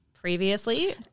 previously